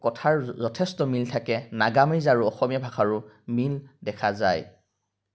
কথাৰ যথেষ্ট মিল থাকে নাগামিজ আৰু অসমীয়া ভাষাৰো মিল দেখা যায়